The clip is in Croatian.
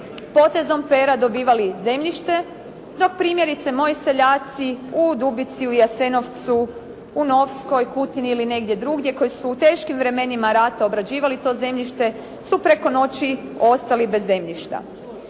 potezom pera dobivali zemljište, dok primjerice moji seljaci u Dubici, u Jasenovcu, u Novskoj, Kutini ili negdje drugdje koji su u teškim vremenima rata obrađivali to zemljište su preko noći ostali bez zemljišta.